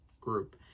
group